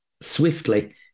swiftly